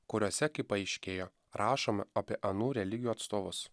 kuriuose kaip paaiškėjo rašoma apie anų religijų atstovus